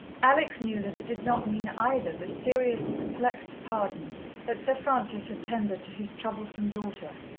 alex knew that it did not mean either the serious, perplexed pardon that sir francis had tendered to his troublesome daughter,